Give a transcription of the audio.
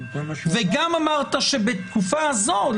גם אמרת שבתקופה הזו,